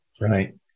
Right